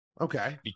Okay